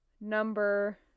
Number